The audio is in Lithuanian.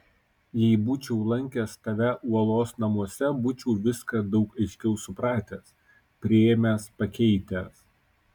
jei būčiau lankęs tave uolos namuose būčiau viską daug aiškiau supratęs priėmęs pakeitęs